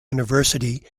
university